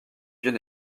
vieux